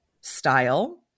style